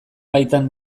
baitan